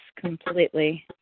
completely